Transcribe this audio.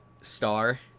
star